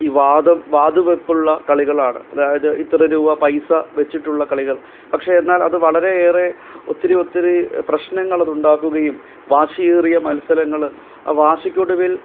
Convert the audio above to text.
ഈ വാദം വാദ് വെപ്പുളള കളികളാണ് അതായത് ഇത്ര രൂപ പൈസ വെച്ചിട്ടുള്ള കളികൾ പക്ഷേ എന്നാൽ അത് വളരെ ഏറെ ഒത്തിരി ഒത്തിരി പ്രശ്നങ്ങൾ അതുണ്ടാക്കുകയും വാശിയേറിയ മത്സരങ്ങള് ആ വാശിക്കൊടുവിൽ